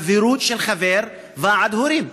חברות של חבר בוועד הורים.